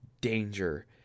danger